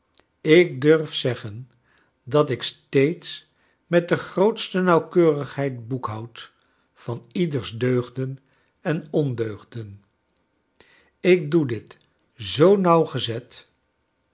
ik durf zeggen dat ik steeds met de grootste nauwkeurigheid boekhoud van ieders deugden en ondeugden ik doe dit zoo